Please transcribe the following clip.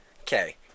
Okay